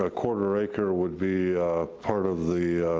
ah quarter-acre would be part of the,